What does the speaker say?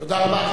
תודה רבה,